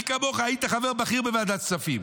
מי כמוך, היית חבר בכיר בוועדת כספים.